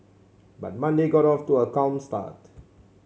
but Monday got off to a calm start